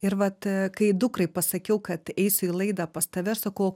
ir vat kai dukrai pasakiau kad eisiu į laidą pas tave ir sakau